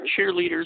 cheerleaders